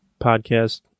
podcast